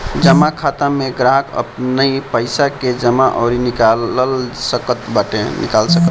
जमा खाता में ग्राहक अपनी पईसा के जमा अउरी निकाल सकत बाटे